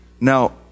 now